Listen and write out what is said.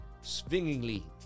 swingingly